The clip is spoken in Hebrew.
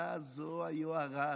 מה זו היוהרה הזאת?